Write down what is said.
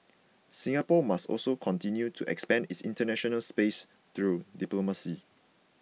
Singapore must also continue to expand its international space through diplomacy